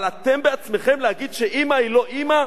אבל אתם בעצמכם, להגיד שאמא היא לא אמא?